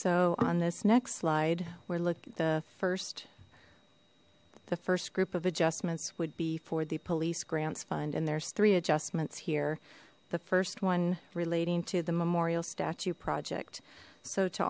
so on this next slide we look at the first the first group of adjustments would be for the police grants fund and there's three adjustments here the first one relating to the memorial statue project so to